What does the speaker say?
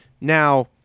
now